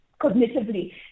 cognitively